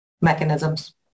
mechanisms